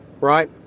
Right